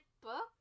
book